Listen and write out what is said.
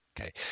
Okay